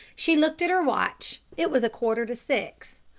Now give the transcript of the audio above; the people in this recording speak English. she looked at her watch it was a quarter to six.